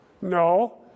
No